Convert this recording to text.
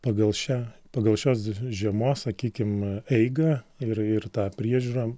pagal šią pagal šios žiemos sakykim eigą ir ir tą priežiūrą